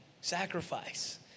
sacrifice